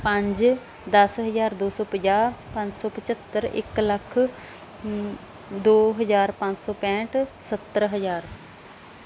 ਪੰਜ ਦਸ ਹਜ਼ਾਰ ਦੋ ਸੌ ਪੰਜਾਹ ਪੰਜ ਸੌ ਪੰਝੱਤਰ ਇੱਕ ਲੱਖ ਦੋ ਹਜ਼ਾਰ ਪੰਜ ਸੌ ਪੈਂਹਠ ਸੱਤਰ ਹਜ਼ਾਰ